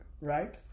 right